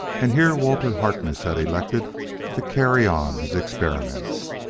and here walter harkness had elected to carry on his experiments.